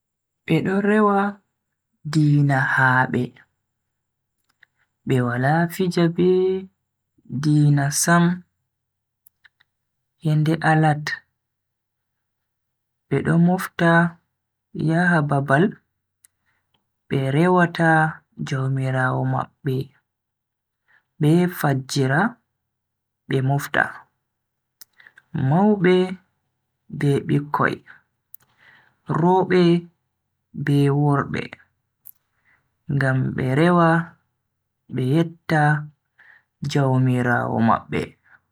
Bedo rewa diina haabe, be wala fija be diina sam. Yende alat be do mofta yaha babal be rewata jaumiraawo mabbe be fajjira be mofta, maube be bikko, robe be worbe ngam be rewa be yetta jaumiraawo mabbe.